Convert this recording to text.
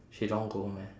she don't want go home meh